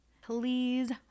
Please